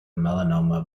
melanoma